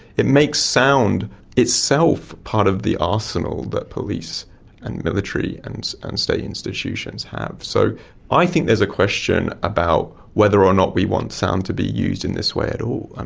it makes sound itself part of the arsenal that police and military and and state institutions have. so i think there's a question about whether or not we want sound to be used in this way at all. and